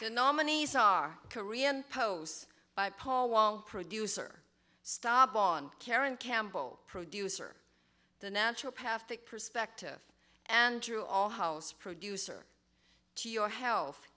the nominees are korean pows by paul wall producer stop on karen campbell producer the natural perfect perspective andrew all house producer to your health